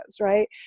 right